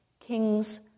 Kings